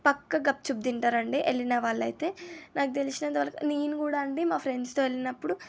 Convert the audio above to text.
పక్కా గప్చుప్ తింటారండీ ఎళ్ళిన వాళ్ళైతే నాకు తెలిసినంతవరకు నేను కూడా అండి మా ఫ్రెండ్స్తో వెళ్ళినప్పుడు